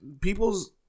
people's